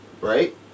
right